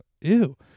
Ew